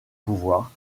pouvoir